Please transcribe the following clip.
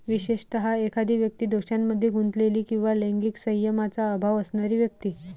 विशेषतः, एखादी व्यक्ती दोषांमध्ये गुंतलेली किंवा लैंगिक संयमाचा अभाव असणारी व्यक्ती